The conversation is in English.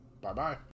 Bye-bye